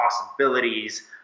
possibilities